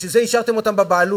בשביל זה השארתן אותן בבעלות.